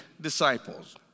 disciples